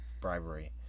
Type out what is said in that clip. bribery